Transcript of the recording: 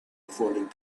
falling